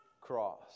cross